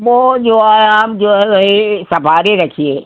वो जो है आप जो है वही सफारी रखिए